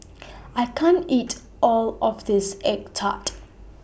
I can't eat All of This Egg Tart